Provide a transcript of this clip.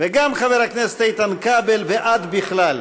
וגם חבר הכנסת איתן כבל ועד בכלל,